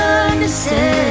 understand